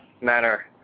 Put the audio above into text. manner